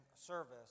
service